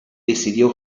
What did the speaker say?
decidió